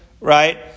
right